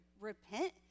repent